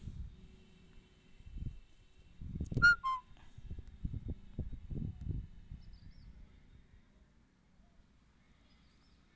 भारत सौंसे दुनियाँ मे सौंफ केर उपजा मे पहिल स्थान पर छै